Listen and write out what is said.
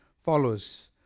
follows